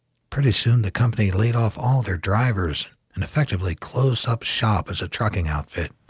pretty soon, the company laid off all their drivers, and effectively closed up shop as a trucking outfit.